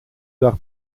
dag